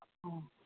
ꯑꯣ